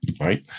right